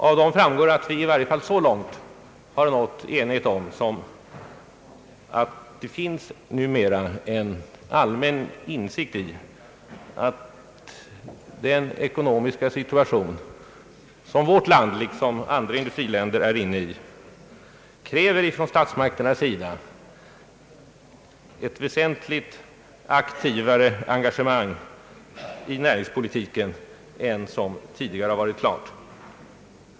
Av dem framgår att enighet har nåtts i varje fall så långt att man numera allmänt inser att den ekonomiska situation som vårt land liksom andra industriländer befinner sig i kräver ett väsentligt aktivare engagemang i näringspolitiken från statsmakternas sida än som tidigare har varit fallet.